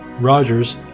Rogers